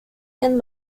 and